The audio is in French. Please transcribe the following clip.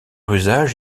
usage